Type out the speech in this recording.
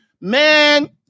Man